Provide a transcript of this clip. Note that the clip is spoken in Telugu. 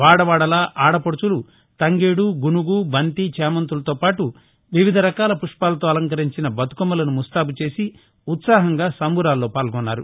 వాడవాడలా ఆడపడుచులు తంగేడు గునుగు బంతి చేమంతులతో పాటు వివిధ రకాల పుష్పాలతో అలంకరించిన బతుకమ్మలను ముస్తాబు చేసి ఉత్పాహంగా సంబురాల్లో పాల్గొన్నారు